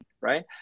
right